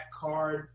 card